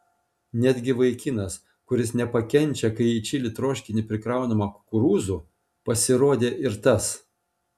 netgi vaikinas kuris nepakenčia kai į čili troškinį prikraunama kukurūzų pasirodė ir tas